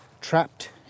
trapped